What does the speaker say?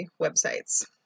websites